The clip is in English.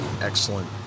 excellent